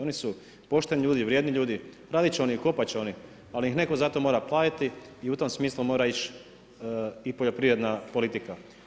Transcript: Oni su pošteni ljudi, vrijedni ljudi, raditi će oni, kopati će oni, ali ih netko za to mora platiti i u tom smislu mora ići i poljoprivredna politika.